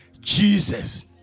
Jesus